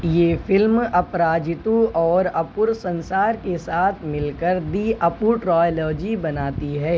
یہ فلم اپراجیتو اور اپورسنسار کے ساتھ مل کر دی اپور ٹرائیلوجی بناتی ہے